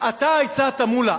אתה הצעת, מולה.